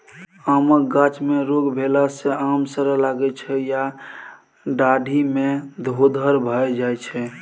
आमक गाछ मे रोग भेला सँ आम सरय लगै छै या डाढ़ि मे धोधर भए जाइ छै